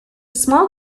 small